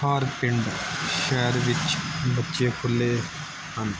ਹਰ ਪਿੰਡ ਸ਼ਹਿਰ ਵਿੱਚ ਬੱਚੇ ਖੁੱਲ੍ਹੇ ਹਨ